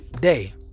day